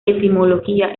etimología